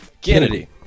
Kennedy